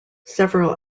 several